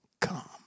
come